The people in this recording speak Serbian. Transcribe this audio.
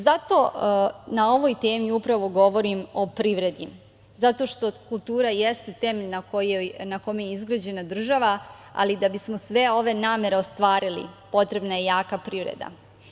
Zato na ovoj temi upravo govorim o privredi, zato što kultura jeste temelj na kome je izgrađena država, ali da bismo sve ove namere ostvarili, potrebna je jaka privreda.